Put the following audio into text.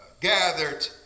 Gathered